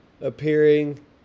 appearing